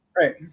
Right